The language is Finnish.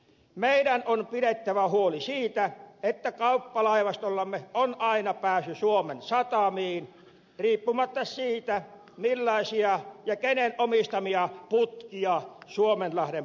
meidän on pidettävä huoli siitä että kauppalaivastollamme on aina pääsy suomen satamiin riippumatta siitä millaisia ja kenen omistamia putkia suomenlahden pohjassa on